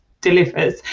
delivers